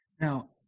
Now